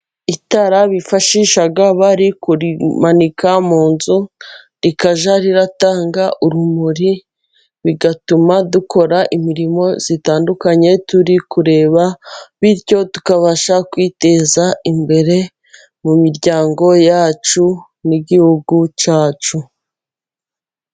Itara bifashisha bari kurimanika mu nzu rikajya ritanga urumuri. Bigatuma dukora imirimo itandukanye turi kureba. Bityo tukabasha kwiteza imbere mu miryango yacu n'igihugu cyacu.